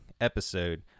episode